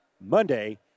Monday